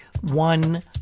one